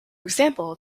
example